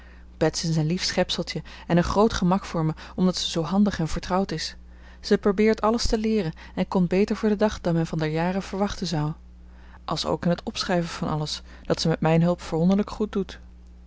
is een lief schepseltje en een groot gemak voor me omdat ze zoo handig en vertrouwt is zij perbeert alles te leere en komt beter voor den dag dan men van der jare verwachte zouw alsook in het opschrijve van alles dat ze met mijn hulp verwonderlijk goed doet